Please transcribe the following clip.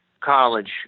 College